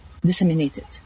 disseminated